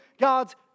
God's